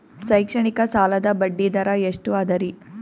ಶೈಕ್ಷಣಿಕ ಸಾಲದ ಬಡ್ಡಿ ದರ ಎಷ್ಟು ಅದರಿ?